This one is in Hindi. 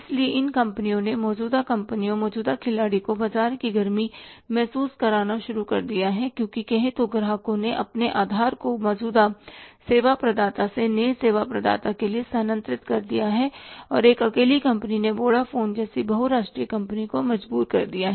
इसलिए इन कंपनियों ने मौजूदा कंपनियों मौजूदा खिलाड़ी को बाजार की गर्मी महसूस करना शुरू कर दिया है क्योंकि कहे तो ग्राहकों ने अपने आधार को मौजूदा सेवा प्रदाता से नए सेवा प्रदाता के लिए स्थानांतरित करना शुरू कर दिया है और एक अकेली कंपनी ने वोडाफोन जैसी बहुराष्ट्रीय कंपनी को मजबूर कर दिया है